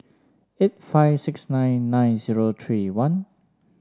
eight five six nine nine zero three one